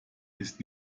ist